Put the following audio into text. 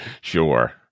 Sure